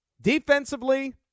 Defensively